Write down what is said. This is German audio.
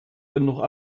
genug